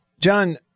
John